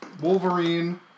wolverine